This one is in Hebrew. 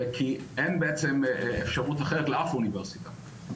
כי אין בעצם אפשרות אחרת לאף אוניברסיטה.